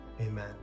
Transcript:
Amen